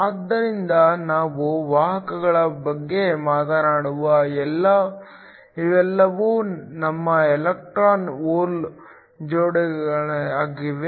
ಆದ್ದರಿಂದ ನಾವು ವಾಹಕಗಳ ಬಗ್ಗೆ ಮಾತನಾಡುವಾಗ ಇವೆಲ್ಲವೂ ನಿಮ್ಮ ಎಲೆಕ್ಟ್ರಾನ್ ಹೋಲ್ ಜೋಡಿಗಳಾಗಿವೆ